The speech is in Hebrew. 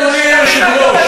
אדוני היושב-ראש,